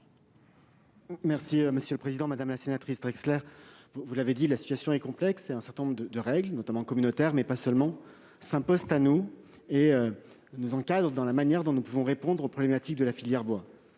des comptes publics. Madame la sénatrice Drexler, vous l'avez dit, la situation est complexe. Un certain nombre de règles, notamment communautaires, mais pas seulement, s'imposent à nous et encadrent la manière dont nous pouvons répondre aux problématiques de la filière bois.